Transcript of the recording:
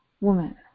woman